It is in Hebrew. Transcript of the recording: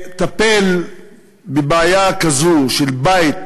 לטפל בבעיה כזו, של בית